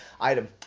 item